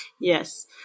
Yes